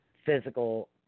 Physical